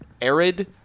arid